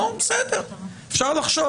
בסדר, אפשר לחשוב.